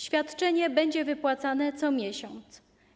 Świadczenie będzie wypłacane co miesiąc.